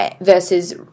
versus